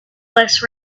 less